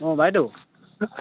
অঁ বাইদেউ